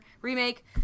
remake